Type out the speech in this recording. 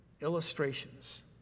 illustrations